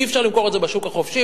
אי-אפשר למכור את זה בשוק החופשי,